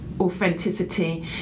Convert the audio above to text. authenticity